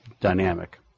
dynamic